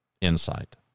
insight